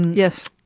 yes.